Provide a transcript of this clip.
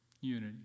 Unity